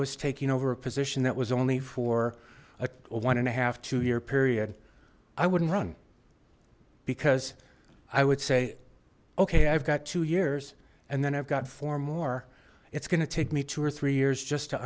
was taking over a position that was only for a one and a half two year period i wouldn't run because i would say okay i've got two years and then i've got four more it's gonna take me two or three years just to